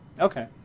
Okay